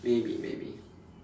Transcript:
maybe maybe